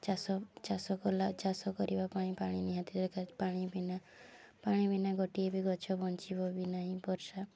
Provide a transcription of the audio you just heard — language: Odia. ଚାଷ ଚାଷ କଲା ଚାଷ କରିବା ପାଇଁ ପାଣି ନିହାତି ଦରକାର ପାଣି ବିନା ପାଣି ବିନା ଗୋଟିଏ ବି ଗଛ ବଞ୍ଚିବ ବି ନାହିଁ ବର୍ଷା